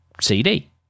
CD